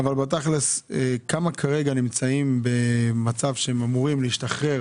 אבל תכל'ס כמה כרגע נמצאים במצב שאומרים להשתחרר